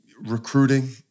recruiting